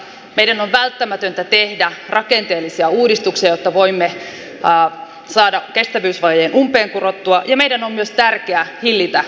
meidän on välttämätöntä tehdä rakenteellisia uudistuksia jotta voimme saada kestävyysvajeen umpeenkurottua ja meidän on myös tärkeä hillitä valtion velkaantumista